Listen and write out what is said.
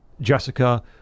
Jessica